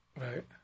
Right